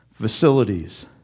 facilities